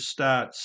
stats